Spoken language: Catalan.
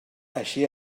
així